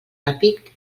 ràpid